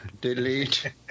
Delete